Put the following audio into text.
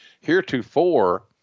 Heretofore